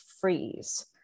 freeze